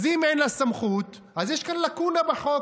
אז אם אין לה סמכות, יש כאן לקונה בחוק.